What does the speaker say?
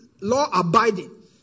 law-abiding